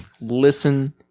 Listen